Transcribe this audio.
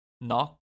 Knock